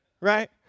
right